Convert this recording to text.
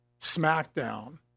smackdown